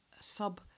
sub